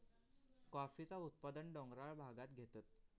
कॉफीचा उत्पादन डोंगराळ भागांत घेतत